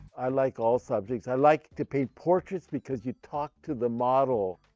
i like all subjects. i like to paint portraits because you talk to the model.